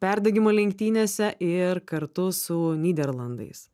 perdegimo lenktynėse ir kartu su nyderlandais